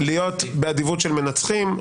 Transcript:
-- להיות באדיבות של מנצחים,